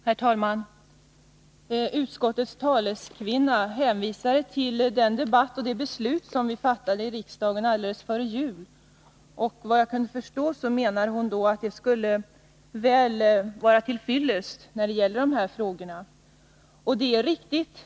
Herr talman! Utskottets taleskvinna hänvisade till debatten och beslutet i riksdagen alldeles före jul. Vad jag kunde förstå menade hon att detta skulle vara väl till fyllest när det gäller de här frågorna.